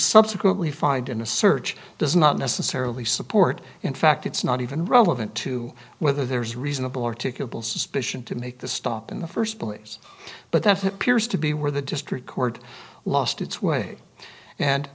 subsequently find in a search does not necessarily support in fact it's not even relevant to whether there is reasonable articulable suspicion to make the stop in the first place but that appears to be where the district court lost its way and